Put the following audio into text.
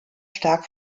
stark